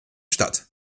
statt